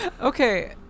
Okay